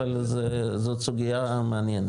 אבל זאת סוגייה מעניינת.